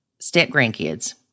step-grandkids